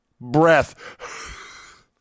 breath